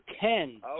Ken